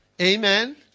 amen